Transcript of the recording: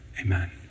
amen